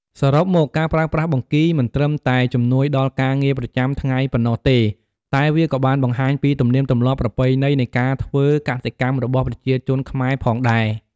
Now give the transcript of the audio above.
សរុបមក ការប្រើប្រាស់បង្គីមិនត្រឹមតែជំនួយដល់ការងារប្រចាំថ្ងៃប៉ុណ្ណោះទេ តែវាក៏បានបង្ហាញពីទំនៀមទម្លាប់ប្រពៃណីនៃការធ្វើកសិកម្មរបស់ប្រជាជនខ្មែរផងដែរ។